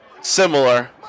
similar